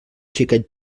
xiquet